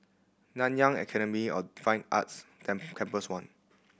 Nanyang Academy of Fine Arts Tan Campus One